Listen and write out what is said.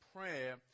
prayer